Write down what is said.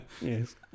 yes